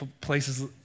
places